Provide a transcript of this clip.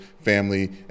family